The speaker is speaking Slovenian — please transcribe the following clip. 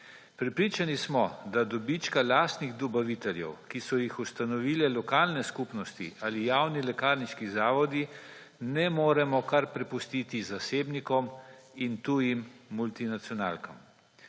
Prepričani smo, da dobička lastnih dobaviteljev, ki so jih ustanovile lokalne skupnosti ali javni lekarniški zavodi, ne moremo kar prepustiti zasebnikom in tujim multinacionalkam.